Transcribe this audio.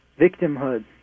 victimhood